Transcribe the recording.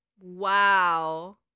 Wow